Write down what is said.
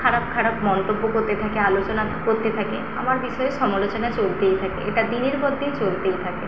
খারাপ খারাপ মন্তব্য করতে থাকে আলোচনা করতে থাকে আমার বিষয়ে সমালোচনা চলতেই থাকে এটা দিনের পর দিন চলতেই থাকে